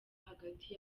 hagati